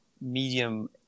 medium